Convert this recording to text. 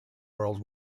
world